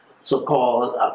so-called